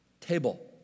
table